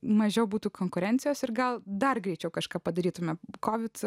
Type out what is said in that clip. mažiau būtų konkurencijos ir gal dar greičiau kažką padarytumėme kovid